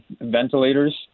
ventilators